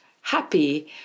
happy